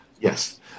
Yes